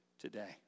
today